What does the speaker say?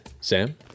Sam